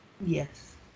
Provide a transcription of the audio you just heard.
Yes